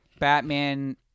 Batman